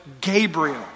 Gabriel